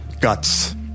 guts